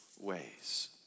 ways